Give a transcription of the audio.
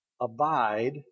abide